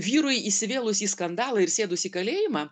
vyrui įsivėlus į skandalą ir sėdus į kalėjimą